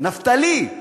נפתלי,